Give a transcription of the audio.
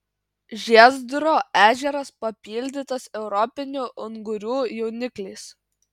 žiezdro ežeras papildytas europinių ungurių jaunikliais